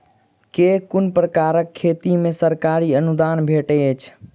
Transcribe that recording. केँ कुन प्रकारक खेती मे सरकारी अनुदान भेटैत अछि?